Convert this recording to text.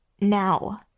Now